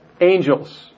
angels